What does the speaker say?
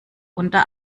unter